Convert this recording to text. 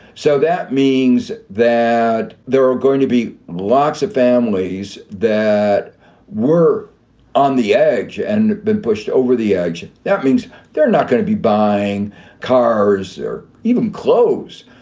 so that means that there are going to be lots of families that were on the edge and been pushed over the edge. that that means they're not going to be buying cars or even clothes.